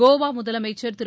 கோவா முதலமைச்சர் திரு